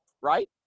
right